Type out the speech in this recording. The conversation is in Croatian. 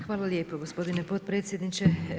Hvala lijepo gospodine potpredsjedniče.